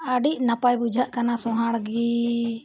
ᱟᱹᱰᱤ ᱱᱟᱯᱟᱭ ᱵᱩᱡᱷᱟᱹᱜ ᱠᱟᱱᱟ ᱥᱚᱸᱫᱷᱟᱲ ᱜᱮ